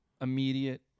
immediate